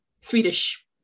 swedish